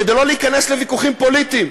כדי לא להיכנס לוויכוחים פוליטיים,